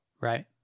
Right